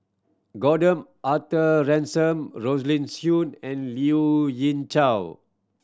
Gordon Arthur Ransome Rosaline Soon and Liu Ying Chow